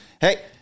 Hey